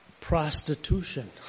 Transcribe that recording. prostitution